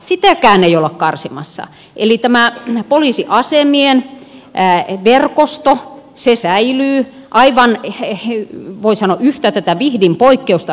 sitäkään ei olla karsimassa eli tämä poliisiasemien verkosto säilyy voi sanoa aivan yhtä tätä vihdin poikkeusta lukuun ottamatta